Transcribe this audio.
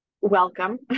welcome